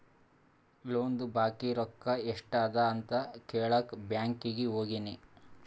ಲೋನ್ದು ಬಾಕಿ ರೊಕ್ಕಾ ಎಸ್ಟ್ ಅದ ಅಂತ ಕೆಳಾಕ್ ಬ್ಯಾಂಕೀಗಿ ಹೋಗಿನಿ